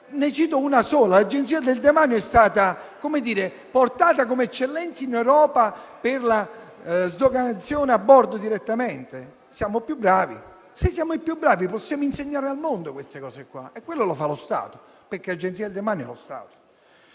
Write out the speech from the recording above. ne cito una sola. L'Agenzia del demanio è stata portata come eccellenza in Europa per lo sdoganamento direttamente a bordo: siamo più bravi. Sì, siamo i più bravi, possiamo insegnare al mondo queste cose e questo lo fa lo Stato, perché l'Agenzia del demanio è lo Stato.